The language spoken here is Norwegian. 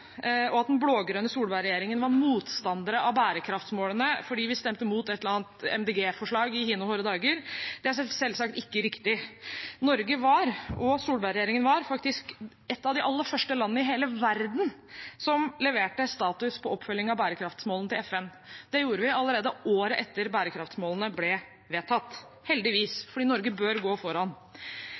og at den blå-grønne Solberg-regjeringen var motstandere av bærekraftsmålene fordi vi stemte imot et eller annet Miljøpartiet De Grønne-forslag i hine hårde dager. Det er selvsagt ikke riktig. Norge – med Solberg-regjeringen – var faktisk et av de aller første landene i hele verden som leverte status på oppfølging av bærekraftsmålene til FN. Det gjorde vi allerede året etter at bærekraftsmålene ble vedtatt – heldigvis, for Norge bør gå foran.